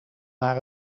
naar